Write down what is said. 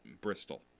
bristol